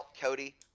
Cody